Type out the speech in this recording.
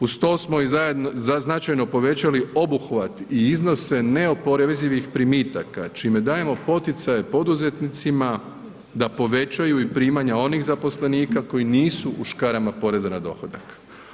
Uz to smo i značajno povećali obuhvat i iznose neoporezivih primitaka čime dajemo poticaje poduzetnicima da povećaju i primanja onih zaposlenika koji nisu u škarama poreza na dohodak.